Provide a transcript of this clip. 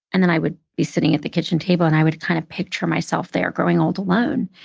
and then i would be sitting at the kitchen table, and i would kind of picture myself there, growing old alone.